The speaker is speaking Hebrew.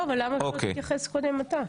לא, אבל למה שלא תתייחס קודם אתה?